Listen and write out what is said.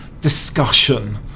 discussion